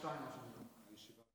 בשעה 02:01.) אנחנו מחדשים את הישיבה,